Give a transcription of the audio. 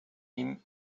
ihm